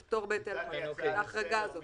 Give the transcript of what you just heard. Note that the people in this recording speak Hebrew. את ההחרגה הזאת.